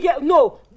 No